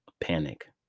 panic